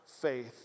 faith